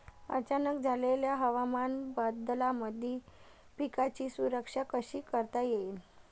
अचानक झालेल्या हवामान बदलामंदी पिकाची सुरक्षा कशी करता येईन?